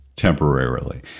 temporarily